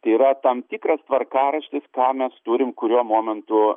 tai yra tam tikras tvarkaraštis ką mes turim kuriuo momentu